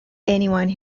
anyone